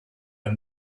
and